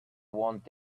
want